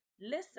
listen